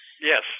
Yes